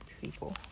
people